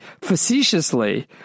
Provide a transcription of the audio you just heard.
facetiously